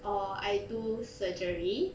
or I do surgery